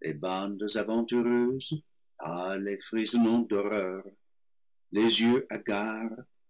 les bandes aventureuses pâles et frissonnant d'horreur les yeux hagards